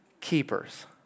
keepers